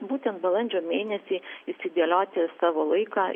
būtent balandžio mėnesį išsidėlioti savo laiką